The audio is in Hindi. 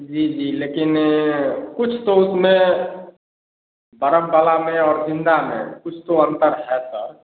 जी जी लेकिन कुछ तो उसमें बर्फ वाला में और ज़िंदा में कुछ तो अंतर है सर